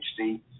HD